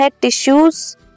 tissues